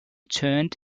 turned